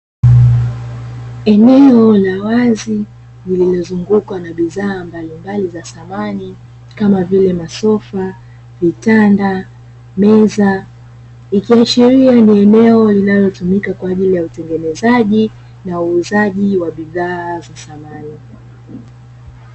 Eneo la wazi, lililozungukwa na bidhaa mbalimbali za samani, kama vile: masofa, vitanda, meza, ikiashiria ni eneo linalotumika kwa ajili ya utengenezaji, na uuzaji wa bidhaa za samani.